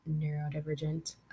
neurodivergent